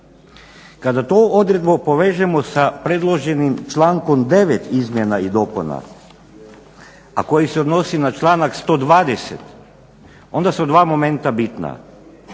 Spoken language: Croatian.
Kada tu odredbu povežemo sa predloženim člankom 9. izmjena i dopuna, a koji se odnosi na članak 120., onda su dva momenta bitna.